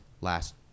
last